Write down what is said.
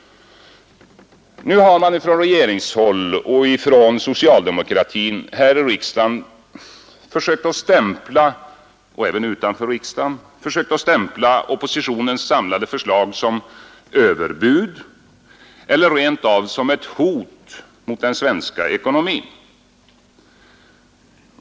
Nu har man från regeringshåll och från socialdemokratin här i riksdagen — och även utanför riksdagen — försökt stämpla oppositionens samlade förslag som överbud eller rent av som ett hot mot den svenska ekonomin.